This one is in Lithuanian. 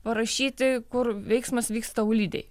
parašyti kur veiksmas vyksta aulidėj